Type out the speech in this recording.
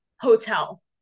Hotel